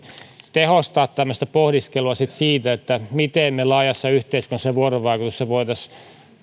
tehostaa tämmöistä pohdiskelua siitä miten me laajassa yhteiskunnallisessa vuorovaikutuksessa voisimme